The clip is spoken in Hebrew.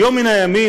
ביום מן הימים,